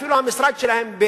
אפילו המשרד שלהם,